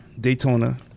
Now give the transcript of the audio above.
Daytona